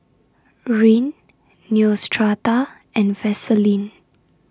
Rene Neostrata and Vaselin